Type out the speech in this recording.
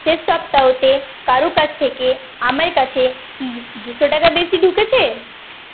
শেষ সপ্তাহতে কারো কাছ থেকে আমার কাছে কি দুশো টাকা বেশি ঢুকেছে